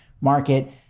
market